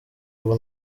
ubu